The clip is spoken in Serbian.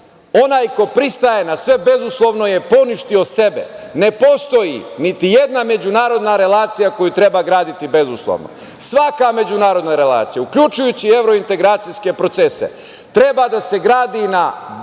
Onaj koji pristaje na sve bezuslovno je poništio sebe, ne postoji niti jedna međunarodna relacija koju treba graditi bezuslovno. Svaka međunarodna relacija uključujući i evrointegracijske procese treba da se gradi i na dogovornim